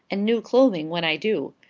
and new clothing when i do.